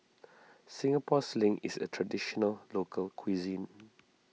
Singapore Sling is a Traditional Local Cuisine